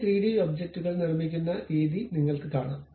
ഈ 3D ഒബ്ജക്റ്റുകൾ നിർമ്മിക്കുന്ന രീതി നിങ്ങൾക്ക് കാണാം